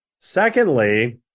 Secondly